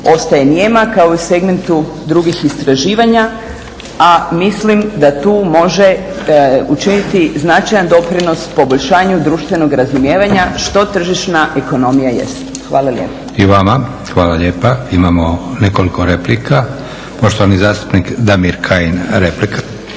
ostaje nijema, kao i u segmentu drugih istraživanja, a mislim da tu može učiniti značajan doprinos poboljšanju društvenog razumijevanja što tržišna ekonomija jest. Hvala lijepa. **Leko, Josip (SDP)** I vama, hvala lijepa. Imamo nekoliko replika. Poštovani zastupnik, Damir Kajin, replika.